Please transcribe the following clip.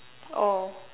oh